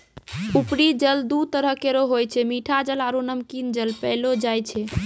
उपरी जल दू तरह केरो होय छै मीठा जल आरु नमकीन जल पैलो जाय छै